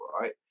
right